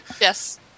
Yes